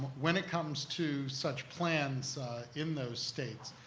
when it comes to such plans in those states,